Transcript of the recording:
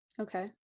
Okay